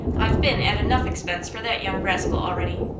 i've been at enough expense for that young rascal already.